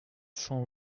cent